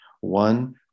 One